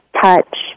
touch